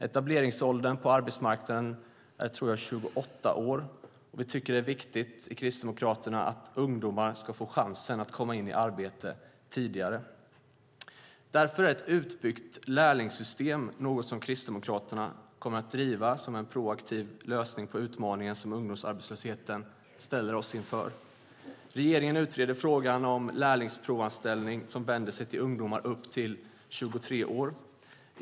Etableringsåldern på arbetsmarknaden är i snitt 28 år, tror jag. Vi kristdemokrater tycker att det är viktigt att ungdomar får chansen att komma in i arbete tidigare. Ett utbyggt lärlingssystem är därför något som Kristdemokraterna kommer att driva som en proaktiv lösning på den utmaning som ungdomsarbetslösheten ställer oss inför. Regeringen utreder frågan om lärlingsprovanställning för ungdomar upp till 23 år.